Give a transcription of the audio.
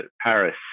paris